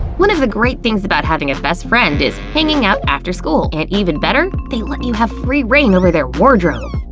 one of the great things about having a best friend is hanging out after school. and even better? they let you have free reign over their wardrobe.